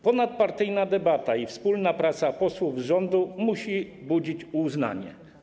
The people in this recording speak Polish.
Ponadpartyjna debata i wspólna praca posłów z rządem musi budzić uznanie.